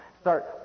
start